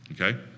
okay